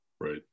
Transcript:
Right